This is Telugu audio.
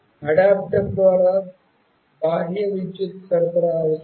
అడాప్టర్ ద్వారా బాహ్య విద్యుత్ సరఫరా అవసరం